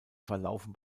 verlaufen